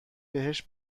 بهش